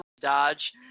Dodge